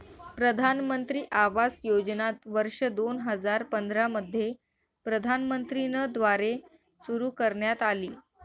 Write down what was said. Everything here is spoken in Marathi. प्रधानमंत्री आवास योजना वर्ष दोन हजार पंधरा मध्ये प्रधानमंत्री न द्वारे सुरू करण्यात आली